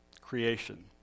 creation